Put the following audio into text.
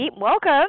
welcome